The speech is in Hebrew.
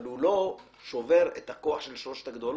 אבל הוא לא שובר את הכוח של שלוש הגדולות.